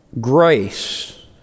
grace